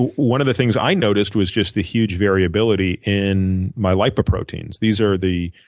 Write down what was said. one of the things i noticed was just the huge variability in my lipoproteins. these are the